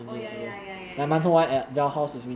oh ya ya ya ya ya